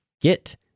get